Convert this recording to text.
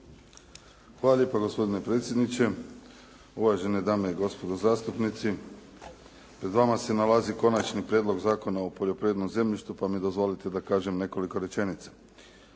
Hvala lijepo, gospodine predsjedniče. Uvažene dame i gospodo zastupnici. Pred vama se nalazi Konačni prijedlog Zakona o poljoprivrednom zemljištu pa mi dozvolite da kažem nekoliko rečenica.